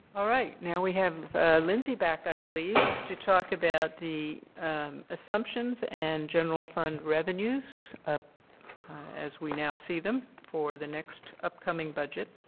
all right. now we have lindsay back i believe to talk about the assumptions and general fund revenues as we now see them for the next upcoming budget.